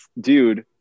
dude